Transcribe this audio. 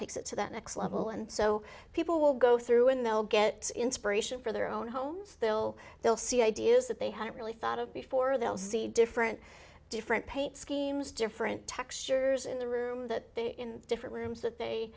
takes it to that next level and so people will go through and they'll get inspiration for their own homes still they'll see ideas that they hadn't really thought of before they'll see different different paint schemes different textures in the room that they in different rooms that they